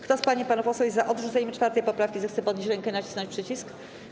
Kto z pań i panów posłów jest za odrzuceniem 4. poprawki, zechce podnieść rękę i nacisnąć przycisk.